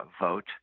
vote